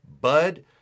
bud